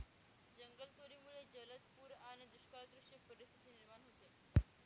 जंगलतोडीमुळे जलद पूर आणि दुष्काळसदृश परिस्थिती निर्माण होते